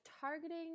targeting